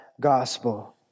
gospel